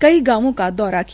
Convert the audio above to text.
कई गांवों का दौरा किया